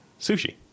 sushi